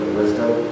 wisdom